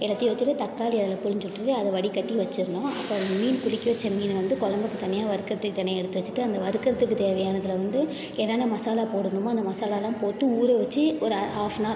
எல்லாத்தையும் வச்சிட்டு தக்காளியை அதில் பிழிஞ்சி விட்டுட்டு அதை வடிகட்டி வெச்சிடுணும் இப்போ அந்த மீன் புளிக்க வச்ச மீனை வந்து கொழம்புக்கு தனியாக வறுக்கிறதுக்கு தனியாக எடுத்து வச்சிட்டு அந்த வறுக்கிறதுக்கு தேவையான இதில் வந்து என்னான்னால் மசாலா போடணுமோ அந்த மசாலாலாம் போட்டு ஊற வச்சி ஒரு ஹாஃப் அண் ஹவர்